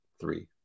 three